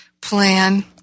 plan